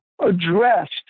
addressed